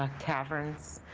ah caverns.